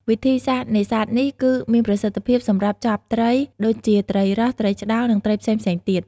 វិធីសាស្ត្រនេសាទនេះគឺមានប្រសិទ្ធភាពសម្រាប់ចាប់ត្រីដូចជា ត្រីរ៉ស់ ត្រីឆ្ដោ និងត្រីផ្សេងៗទៀត។